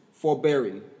forbearing